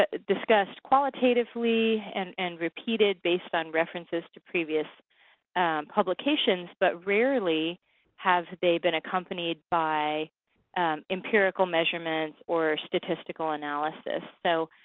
ah discussed qualitatively and and repeated, based on references to previous publications, but rarely have they been accompanied by empirical measurements or statistical analysis. so